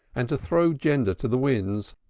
and to throw gender to the winds